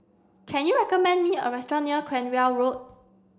can you recommend me a restaurant near Cranwell Road